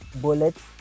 bullets